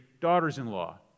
daughters-in-law